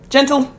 Gentle